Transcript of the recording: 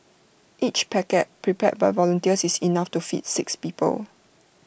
each packet prepared by volunteers is enough to feed six people